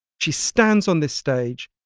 she stands on this stage,